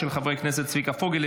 של חברי הכנסת צביקה פוגל,